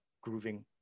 grooving